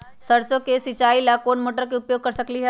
सरसों के सिचाई ला कोंन मोटर के उपयोग कर सकली ह?